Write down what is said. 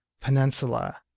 Peninsula